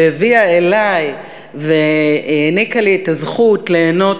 שהביאה אלי והעניקה לי את הזכות ליהנות